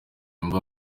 yumve